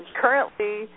Currently